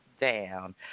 down